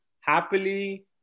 happily